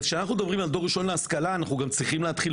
כשאנחנו מדברים על דור ראשון להשכלה אנחנו צריכים להתחיל